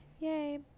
Yay